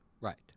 Right